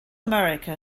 america